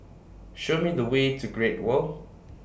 Show Me The Way to Great World